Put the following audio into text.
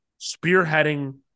spearheading